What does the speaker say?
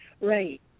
Right